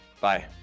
Bye